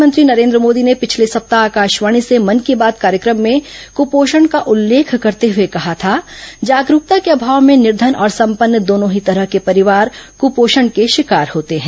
प्रधानमंत्री नरेन्द्र मोदी ने पिछले सप्ताह आकाशवाणी से मन की बात कार्यक्रम में कुपोषण का उल्लेख करते हुए कहा था जागरूकता के अभाव में निर्धन और संपन्न दोनों ही तरह के परिवार कुंपोषण के शिकार होते हैं